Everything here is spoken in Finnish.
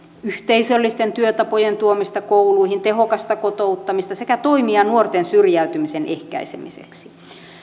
yhteisöllisten työtapojen tuomista kouluihin tehokasta kotouttamista sekä toimia nuorten syrjäytymisen ehkäisemiseksi